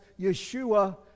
Yeshua